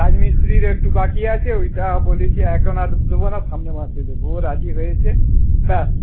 রাজমিস্ত্রির একটু বাকি আছে ওইটা বলেছি এখন আর দেবো না সামনে মাসে দেবো ও রাজি হয়েছে ব্যাস